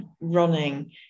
running